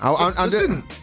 Listen